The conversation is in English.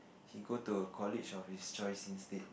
he go to a college of his choice instead